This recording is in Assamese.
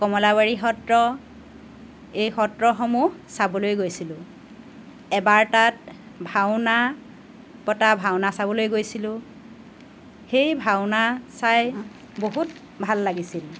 কমলাবাৰী সত্ৰ এই সত্ৰসমুহ চাবলৈ গৈছিলোঁ এবাৰ তাত ভাওনা পতা ভাওনা চাবলৈ গৈছিলোঁ সেই ভাওনা চাই বহুত ভাল লাগিছিল